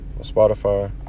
Spotify